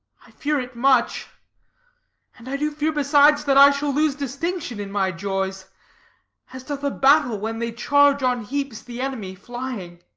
i fear it much and i do fear besides that i shall lose distinction in my joys as doth a battle, when they charge on heaps the enemy flying.